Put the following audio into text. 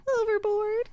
Overboard